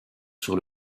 sur